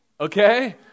Okay